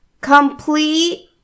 complete